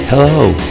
Hello